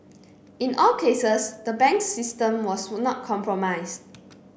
in all cases the banks system was not compromised